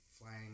flying